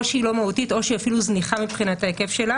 או שהיא לא מהותית או שהיא אפילו זניחה מבחינת ההיקף שלה